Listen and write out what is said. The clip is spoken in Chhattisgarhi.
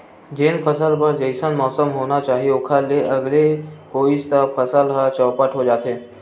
जेन फसल बर जइसन मउसम होना चाही ओखर ले अलगे होइस त फसल ह चउपट हो जाथे